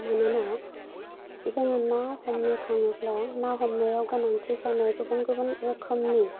मानोना जोङो ना हमनो थाङोब्ला ना हनायाव गोनाथि जानाय गुबुन गुबुन रोखोमनि